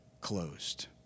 closed